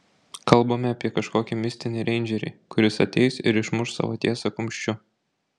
kalbame apie kažkokį mistinį reindžerį kuris ateis ir išmuš savo tiesą kumščiu